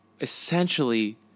essentially